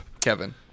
Kevin